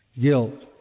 Guilt